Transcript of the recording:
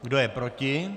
Kdo je proti?